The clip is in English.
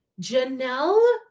Janelle